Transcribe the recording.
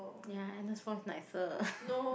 ya Agnes voice nicer